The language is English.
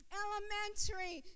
elementary